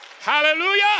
Hallelujah